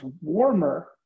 warmer